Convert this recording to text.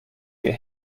your